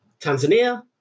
Tanzania